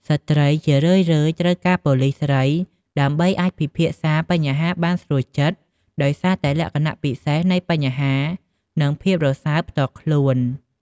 ស្ត្រីជារឿយៗ ត្រូវការប៉ូលិសស្រី ដើម្បីអាចពិភាក្សាបញ្ហាបានស្រួលចិត្ត ដោយសារតែលក្ខណៈពិសេសនៃបញ្ហា និងភាពរសើបផ្ទាល់ខ្លួន។